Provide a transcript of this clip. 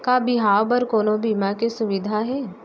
का बिहाव बर कोनो बीमा के सुविधा हे?